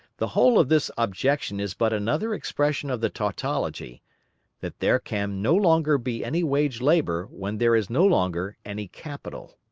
the whole of this objection is but another expression of the tautology that there can no longer be any wage-labour when there is no longer any capital.